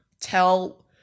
tell